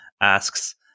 asks